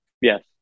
Yes